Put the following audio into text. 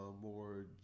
more